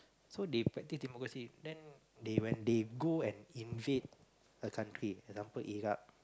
so they practice democracy then they when they go and invade a country example Iraq